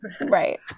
Right